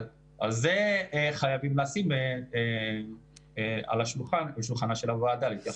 את זה חייבים לשים על שולחנה של הוועדה להתייחסות.